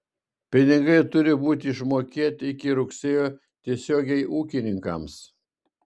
pinigai turi būti išmokėti iki rugsėjo tiesiogiai ūkininkams